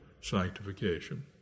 sanctification